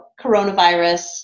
coronavirus